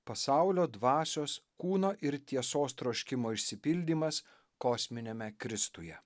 pasaulio dvasios kūno ir tiesos troškimo išsipildymas kosminiame kristuje